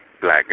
black